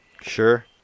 Sure